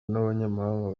n’abanyamahanga